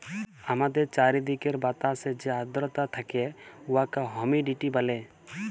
আমাদের চাইরদিকের বাতাসে যে আদ্রতা থ্যাকে উয়াকে হুমিডিটি ব্যলে